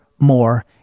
more